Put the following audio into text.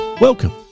Welcome